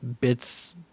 bits